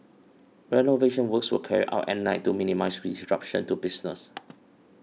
renovation works were carried out at night to minimise disruption to business